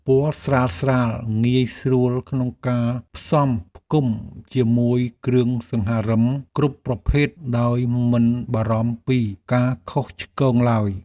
ពណ៌ស្រាលៗងាយស្រួលក្នុងការផ្សំផ្គុំជាមួយគ្រឿងសង្ហារិមគ្រប់ប្រភេទដោយមិនបារម្ភពីការខុសឆ្គងឡើយ។